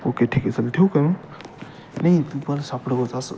okay ठीक आहे चालेल ठेवू का मग नाही तू पार सापडवच असं